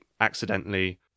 accidentally